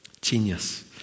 Genius